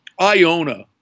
Iona